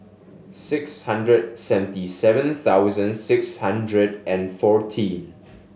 six hundred seventy seven thousand six hundred and fourteen